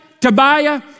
Tobiah